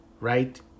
right